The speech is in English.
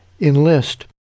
enlist